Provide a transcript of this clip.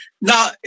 Now